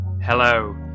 Hello